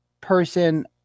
person